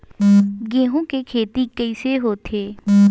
गेहूं के खेती कइसे होथे?